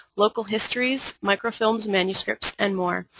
local histories, microfilms, manuscripts and more.